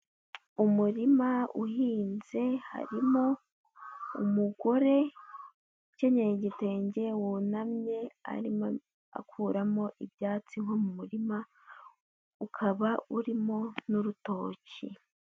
Umurima uhinze, harimo umugore ukenyeye igitenge wunamye, arimo akuramo ibyatsi nko mu muririma, ukaba urimo n'urutoki.